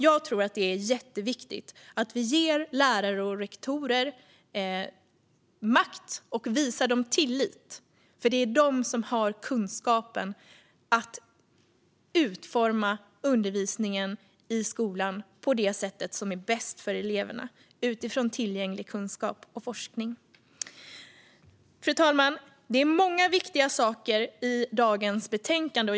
Jag tror att det är jätteviktigt att vi ger lärare och rektorer makt och visar dem tillit, för det är de som har kunskapen att utforma undervisningen i skolan på det sätt som är bäst för eleverna utifrån tillgänglig kunskap och forskning. Fru talman! Det är många viktiga saker i dagens betänkande.